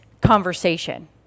conversation